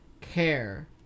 care